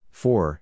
four